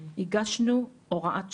הגשנו הוראת שעה,